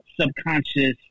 subconscious